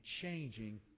changing